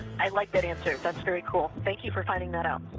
i like that answer. that's very cool. thank you for finding that out!